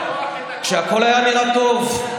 כשהכול נראה טוב,